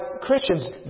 Christians